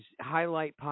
highlight